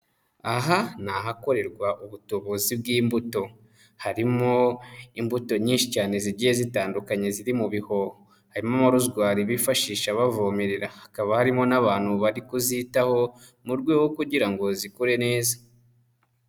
Aha n'ahakorerwa ubutubuzi bw'imbuto, harimo imbuto nyinshi cyane zigiye zitandukanye ziri mu ho, harimo amarozwari bifashisha bavomerera, hakaba harimo n'abantu bari kuzitaho, mu rwego rwo kugira ngo zikure neza.